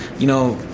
you know,